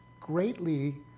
greatly